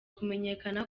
kumenyekana